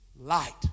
light